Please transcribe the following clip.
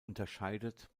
unterscheidet